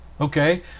okay